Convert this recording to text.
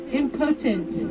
impotent